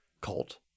cult